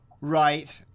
Right